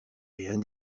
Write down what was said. rien